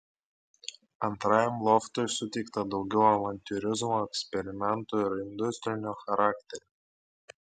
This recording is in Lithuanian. antrajam loftui suteikta daugiau avantiūrizmo eksperimentų ir industrinio charakterio